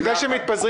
לפני שמתפזרים